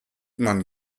man